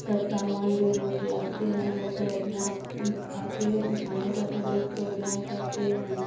सब सामान जो लोग लाते हैं वो सब अपना दिखाते दिखाने का सब लोग प्रोग्राम करते हैं